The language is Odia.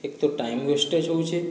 ଏକ ତ ଟାଇମ ୱେଷ୍ଟେଜ ହେଉଛେ